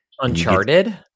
Uncharted